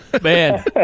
Man